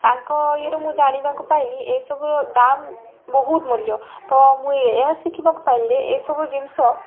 ତାଙ୍କ ଇଏ ରୁ ମୁଁ ଜାଣିବାକୁ ପାଇଲି ଏ ସବୁର ଦାମ୍ ବହୁତ ମୂଲ୍ୟ ତ ମୁଁ ଏହା ଶିଖିବାକୁ ପାଇଲି ଯେ ଏହି ସବୁ ଜିନିଷ